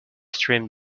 streamed